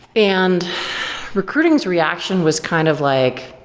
and recruiting's reaction was kind of like,